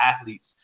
athletes